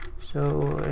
so,